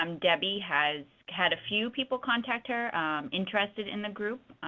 um debbie has had a few people contact her interested in the group.